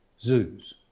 zoos